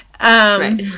Right